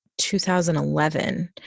2011